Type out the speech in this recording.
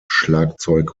schlagzeug